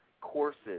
courses